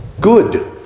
good